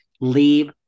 leave